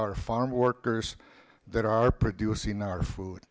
our farm workers that are producing our food